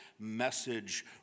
message